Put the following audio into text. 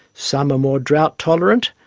some are more drought tolerant,